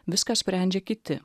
viską sprendžia kiti